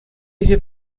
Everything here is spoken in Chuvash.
ӗҫе